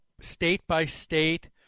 state-by-state